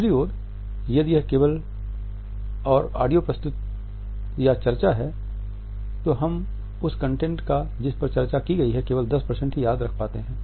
दूसरी ओर यदि यह केवल और ऑडियो प्रस्तुति या चर्चा है तो हम उस कंटेंट का जिस पर चर्चा की गई है केवल 10 ही याद रख पाते हैं